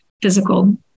physical